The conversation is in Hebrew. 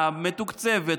מתוקצבת,